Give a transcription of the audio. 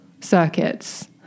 circuits